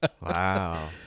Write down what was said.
Wow